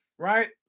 Right